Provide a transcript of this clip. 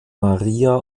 maria